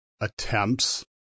attempts